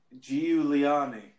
Giuliani